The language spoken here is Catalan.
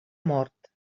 mort